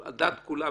על דעת לכולם,